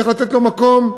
צריך לתת לו מקום,